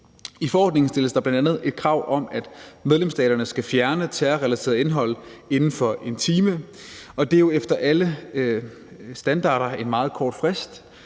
I forordningen stilles der bl.a. krav om, at medlemsstaterne skal fjerne terrorrelateret indhold inden for 1 time, og det er jo efter alle standarder en meget kort frist,